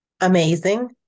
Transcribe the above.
Amazing